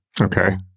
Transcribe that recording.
Okay